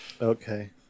okay